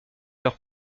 leurs